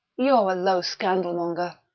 you're a low scandalmonger.